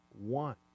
one